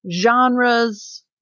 genres